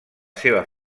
seva